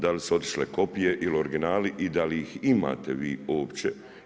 Da li su otišle kopije ili originali i da li ih imate vi uopće.